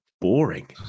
boring